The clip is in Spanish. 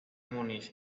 múnich